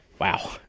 Wow